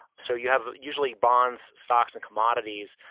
so you have, usually bonds, stocks and commodities,